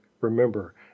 remember